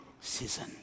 season